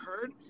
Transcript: heard